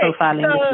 profiling